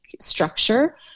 structure